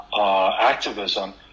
activism